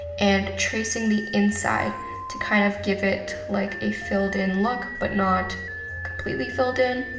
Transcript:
and tracing the inside to kind of give it like a filled-in look, but not completely filled-in.